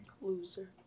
Loser